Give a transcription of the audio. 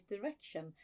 direction